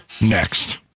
Next